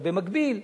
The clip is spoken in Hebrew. אבל במקביל,